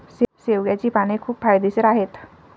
शेवग्याची पाने खूप फायदेशीर आहेत